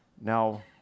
Now